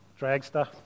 dragster